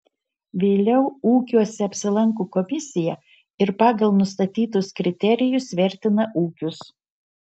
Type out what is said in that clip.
vėliau ūkiuose apsilanko komisija ir pagal nustatytus kriterijus vertina ūkius